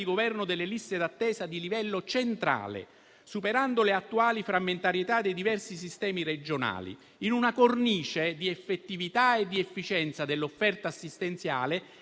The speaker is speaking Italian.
governo delle liste d'attesa di livello centrale, superando le attuali frammentarietà dei diversi sistemi regionali, in una cornice di effettività e di efficienza dell'offerta assistenziale